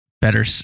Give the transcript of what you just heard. better